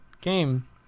game